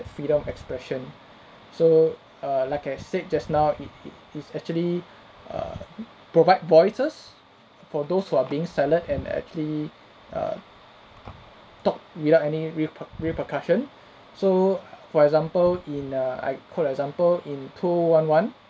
freedom expression so err like I said just now it it is actually err provide voices for those who are being and actually err talk without any reper~ repercussion so err for example in a I quote example in two one one